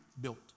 built